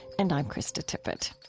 and i'm krista tippett